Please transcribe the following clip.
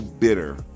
bitter